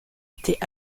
était